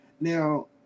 Now